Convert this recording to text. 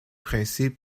principe